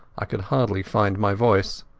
i could hardly find my voice.